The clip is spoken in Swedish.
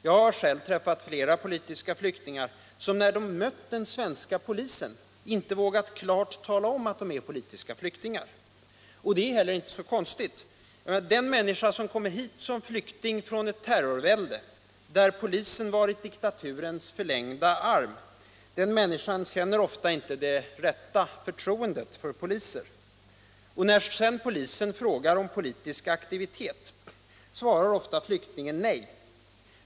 Jag har själv träffat flera politiska flyktingar som när de mött den svenska polisen inte vågat klart tala om att de är politiska flyktingar. Det är heller inte så konstigt: En människa som kommer hit som flykting från ett terrorvälde där polisen varit diktaturens förlängda arm känner ofta inte det rätta förtroendet för poliser. Och när polisen sedan frågar om politisk aktivitet svarar flyktingen ofta nej.